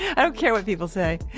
i don't care what people say